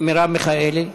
מרב מיכאלי,